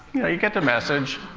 you know, you get the message.